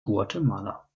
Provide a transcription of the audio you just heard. guatemala